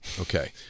okay